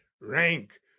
rank